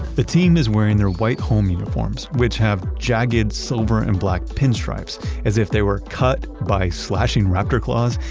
the team is wearing their white home uniforms, which have jagged silver and black pinstripes as if they were cut by slashing raptor claws,